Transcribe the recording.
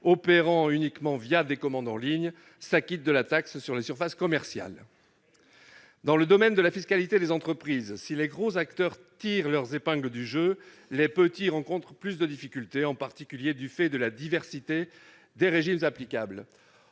opérant uniquement des commandes en ligne, s'acquittent de la taxe sur les surfaces commerciales. Oui ! Dans le domaine de la fiscalité des entreprises, si les gros acteurs tirent leur épingle du jeu, les petits rencontrent davantage de difficultés, en particulier du fait de la diversité des régimes applicables.